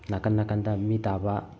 ꯅꯥꯀꯟ ꯅꯥꯀꯟꯗ ꯃꯤ ꯇꯥꯕ